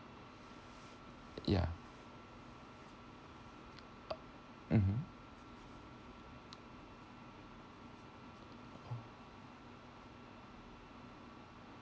yeah uh mmhmm oh